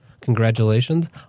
Congratulations